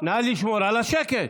נא לשמור על השקט.